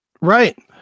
Right